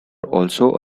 also